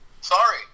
Sorry